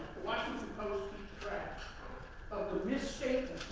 washington post trash of the misshapen.